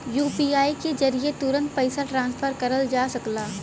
UPI के जरिये तुरंत पइसा ट्रांसफर करल जा सकला